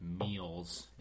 meals